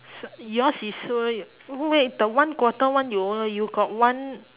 so yours is all red wait the one quarter one you all you got one